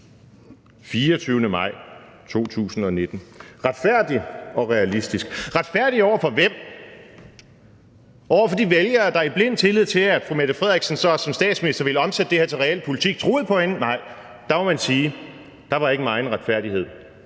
lød det også: »Retfærdig og realistisk«. Retfærdig over for hvem? Over for de vælgere, der i blind tillid til, at fru Mette Frederiksen så også som statsminister ville omsætte det her til realpolitik, troede på hende? Nej, der må man sige: Der var ikke megen retfærdighed.